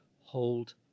Hold